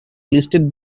listed